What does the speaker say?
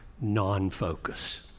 non-focus